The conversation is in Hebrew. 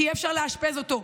כי אי-אפשר לאשפז אותו,